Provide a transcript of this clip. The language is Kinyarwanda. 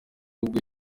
ubwe